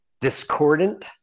discordant